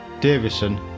Davison